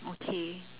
okay